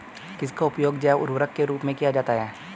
किसका उपयोग जैव उर्वरक के रूप में किया जाता है?